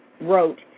wrote